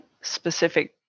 specific